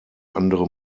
andere